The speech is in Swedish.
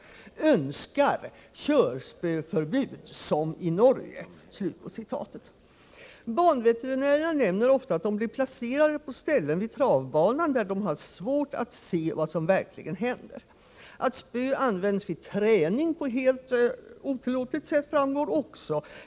Önskar körspöförbud — som i Norge.” Banveterinärerna nämner ofta att de blir placerade på ställen vid travbanan där de har svårt att se vad som verkligen händer. Att spö används vid träning på helt otillåtligt sätt framgår också.